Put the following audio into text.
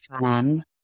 fan